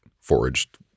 foraged